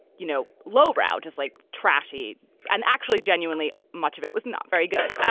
you know, low brow, just like trashy and actually genuinely much of it was not very good.